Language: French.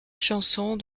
chansons